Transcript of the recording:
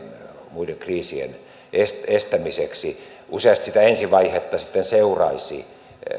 muiden kriisien estämiseksi useasti sitä ensivaihetta sitten seuraisi